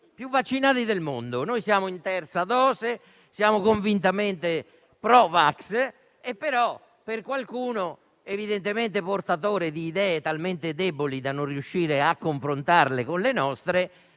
più vaccinati del mondo; siamo arrivati alla terza dose, siamo convintamente pro vax, però per qualcuno, evidentemente portatore di idee talmente deboli da non riuscire a confrontarle con le nostre,